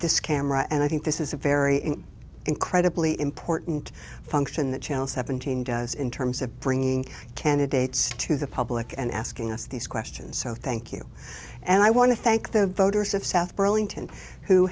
this camera and i think this is a very in incredibly important function that channel seven thousand does in terms of bringing candidates to the public and asking us these questions so thank you and i want to thank the voters of south burlington who